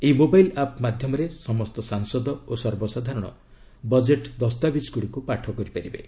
ଏହି mobile app ମାଧ୍ୟମରେ ସମସ୍ତ ସାଂସଦ ଓ ସର୍ବସାଧାରଣ ବଜେଟ୍ ଦସ୍ତାବିକ୍ଗୁଡ଼ିକୁ ପାଠ କରିପାରିବେ